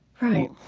right.